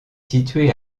situé